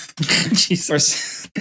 Jesus